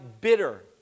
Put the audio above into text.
bitter